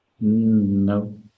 No